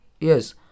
Yes